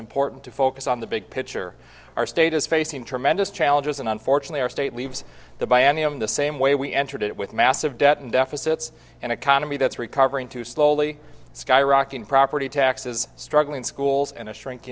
important to focus on the big picture our state is facing tremendous challenges and unfortunately our state leaves the bayani in the same way we entered it with massive debt and deficits an economy that's recovering too slowly skyrocketing property taxes struggling schools and a shrink